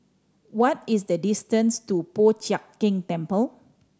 what is the distance to Po Chiak Keng Temple